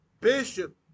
Bishop